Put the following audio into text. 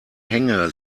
hänge